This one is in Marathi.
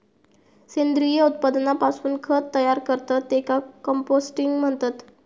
सेंद्रिय उत्पादनापासून खत तयार करतत त्येका कंपोस्टिंग म्हणतत